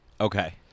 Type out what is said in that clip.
okay